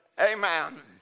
Amen